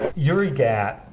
uri gat,